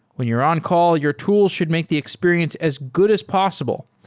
when you're on-call, your tool should make the experience as good as possible,